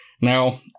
Now